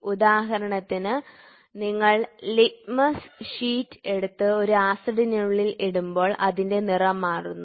ഉദാഹരണത്തിന് നിങ്ങൾ litmus sheet എടുത്ത് ഒരു ആസിഡിനുള്ളിൽ ഇടുമ്പോൾ അതിന്റെ നിറം മാറുന്നു